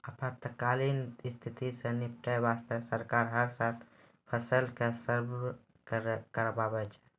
आपातकालीन स्थिति सॅ निपटै वास्तॅ सरकार हर साल फसल के सर्वें कराबै छै